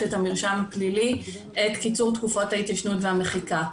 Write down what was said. את המרשם הפלילי את קיצור תקופות ההתיישנות והמחיקה.